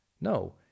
No